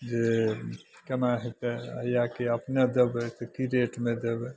जे कोना हेतै या कि अपने देबै तऽ कि रेटमे देबै